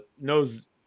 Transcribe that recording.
knows